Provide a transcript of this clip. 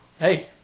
Hey